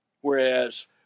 Whereas